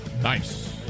Nice